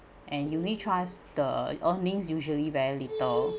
and unit trust the earnings usually very little